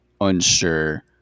unsure